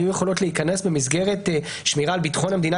היו יכולות להיכנס במסגרת שמירה על ביטחון המדינה,